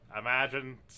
imagine